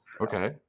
Okay